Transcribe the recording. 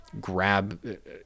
grab